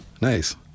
Nice